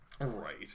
Right